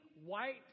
white